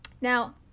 Now